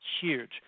huge